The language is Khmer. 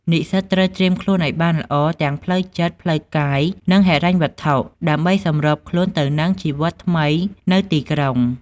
និស្សិតត្រូវត្រៀមខ្លួនឲ្យបានល្អទាំងផ្លូវចិត្ត ផ្លូវកាយ និងហិរញ្ញវត្ថុ ដើម្បីសម្របខ្លួនទៅនឹងជីវិតថ្មីនៅទីក្រុង។